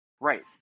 Right